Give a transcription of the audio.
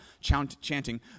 chanting